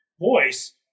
voice